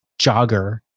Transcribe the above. jogger